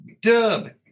Dub